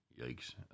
Yikes